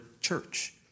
church